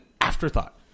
afterthought